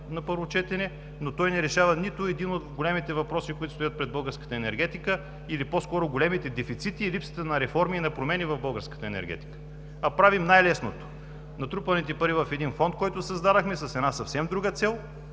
на първо четене, но той не решава нито един от големите въпроси, които стоят пред българската енергетика или по-скоро големите дефицити, липсата на реформи и на промени в българската енергетика. Правим най лесното – натрупаните пари във фонд, който създадохме с една съвсем друга цел